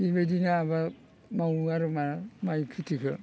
बेबायदिनो आबाद मावो आरोमा माइ खेथिखौ